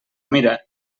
mira